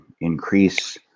increase